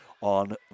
on